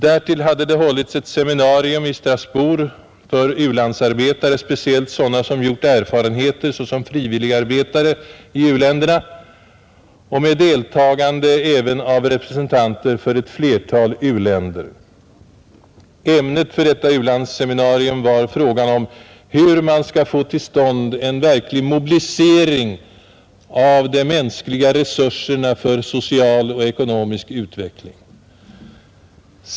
Därtill hade det hållits ett seminarium i Strasbourg för u-landsarbetare, speciellt sådana som gjort erfarenheter såsom frivilligarbetare i u-länderna, och med deltagande även av representanter för ett flertal av dessa länder. Ämnet för detta u-landsseminarium var frågan om hur man skall få till stånd en verklig mobilisering av de mänskliga resurserna för social och ekonomisk utveckling.